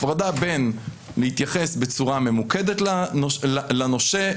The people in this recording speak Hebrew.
הפרדה בין להתייחס בצורה ממוקדת לנושה,